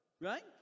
right